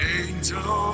angel